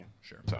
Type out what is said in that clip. Sure